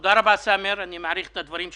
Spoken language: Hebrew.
תודה רבה, סאמר, אני מעריך את הדברים שלך.